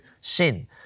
sin